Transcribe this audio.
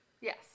Yes